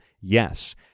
Yes